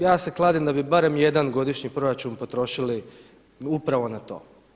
Ja se kladim da bi barem jedan godišnji proračun potrošili upravo na to.